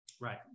right